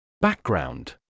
Background